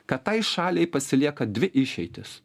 kad tai šaliai pasilieka dvi išeitys